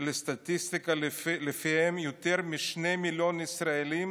לסטטיסטיקה ולפיהם יותר משני מיליון ישראלים